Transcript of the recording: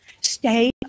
Stay